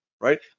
right